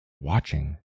watching